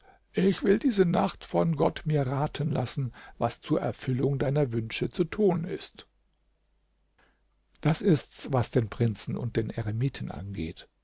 ich will diese nacht von gott mir raten lassen was zur erfüllung deiner wünsche zu tun ist das ist's was den prinzen und den eremiten angeht